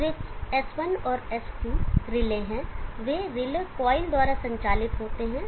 switch S1 और S2 relay हैं वे रिले कॉइल द्वारा संचालित होते हैं